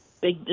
big